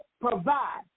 provide